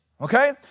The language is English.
Okay